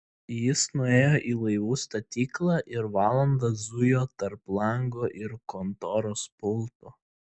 jis nuėjo į laivų statyklą ir valandą zujo tarp lango ir kontoros pulto